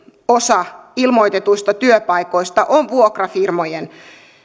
osa ilmoitetuista työpaikoista on vuokrafirmojen